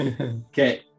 Okay